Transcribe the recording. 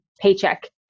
paycheck